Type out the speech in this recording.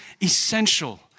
essential